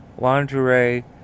lingerie